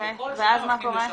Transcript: על כל שאלה מפנים לשם.